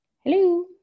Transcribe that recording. hello